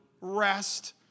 rest